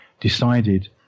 decided